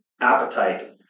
appetite